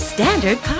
Standard